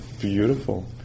beautiful